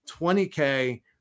20k